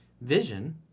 vision